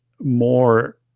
more